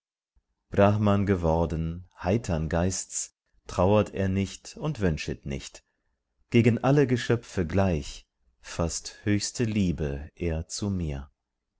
brahman geworden heitern geists trauert er nicht und wünschet nicht gegen alle geschöpfe gleich faßt höchste liebe er zu mir